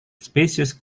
species